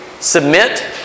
Submit